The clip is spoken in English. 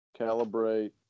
Calibrate